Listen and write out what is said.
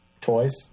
Toys